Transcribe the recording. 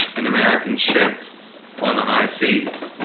an american ship on the high seas